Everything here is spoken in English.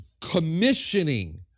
commissioning